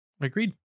Agreed